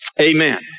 Amen